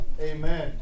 Amen